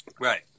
right